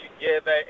together